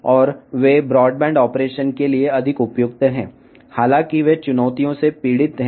మరియు అవి బ్రాడ్బ్యాండ్ కార్యకలాపాలకు మరింత అనుకూలంగా ఉంటాయి